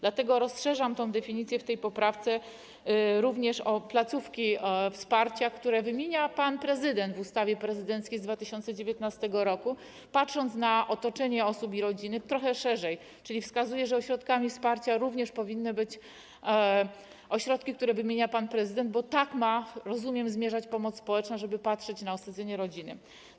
Dlatego rozszerzam tę definicję w tej poprawce również o placówki wsparcia, które wymienia pan prezydent w ustawie prezydenckiej z 2019 r., patrząc na otoczenie osób i rodziny trochę szerzej, czyli wskazuję, że ośrodkami wsparcia powinny być również ośrodki, które wymienia pan prezydent, bo rozumiem, że do tego ma zmierzać pomoc społeczna, żeby patrzeć na osadzenie rodziny.